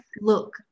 look